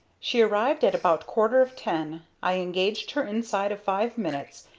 she arrived at about quarter of ten. i engaged her inside of five minutes.